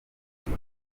kuva